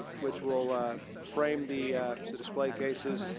which will frame the the display cases. and